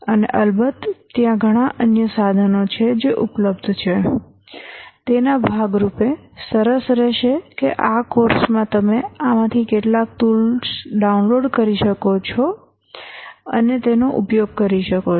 અને અલબત્ત ત્યાં ઘણા અન્ય સાધનો છે જે ઉપલબ્ધ છે તેના ભાગ રૂપે સરસ રહેશે કે આ કોર્સમાં તમે આમાંથી કેટલાક ટૂલ્સ ડાઉનલોડ કરી શકો છો અને તેનો ઉપયોગ કરી શકો છો